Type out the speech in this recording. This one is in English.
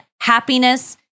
happiness